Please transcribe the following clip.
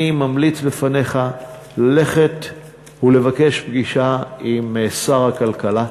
אני ממליץ בפניך ללכת ולבקש פגישה עם שר הכלכלה,